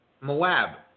Moab